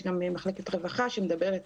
יש גם מחלקת רווחה שמדברת